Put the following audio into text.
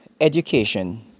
education